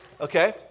okay